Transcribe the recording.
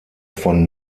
von